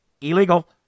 Illegal